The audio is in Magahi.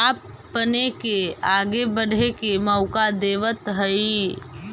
आपपने के आगे बढ़े के मौका देतवऽ हइ